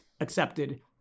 accepted